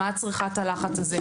מה את צריכה את הלחץ הזה.